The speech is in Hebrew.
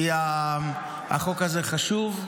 כי החוק הזה חשוב,